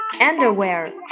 Underwear